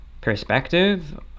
perspective